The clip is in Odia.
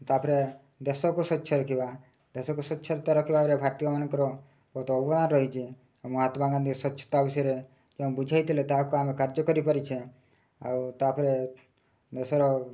ତା'ପରେ ଦେଶକୁ ସ୍ୱଚ୍ଛ ରଖିବା ଦେଶକୁ ସ୍ୱଚ୍ଛତା ରଖିବାରେ ଭାରତୀୟମାନଙ୍କର ବହୁତ ଅବଦାନ ରହିଛି ଆଉ ମହାତ୍ମା ଗାନ୍ଧୀ ସ୍ୱଚ୍ଛତା ବିଷୟରେ ଯେଉଁ ବୁଝାଇଥିଲେ ତାହାକୁ ଆମେ କାର୍ଯ୍ୟ କରିପାରିଛେ ଆଉ ତା'ପରେ ଦେଶର